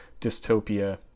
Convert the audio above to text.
dystopia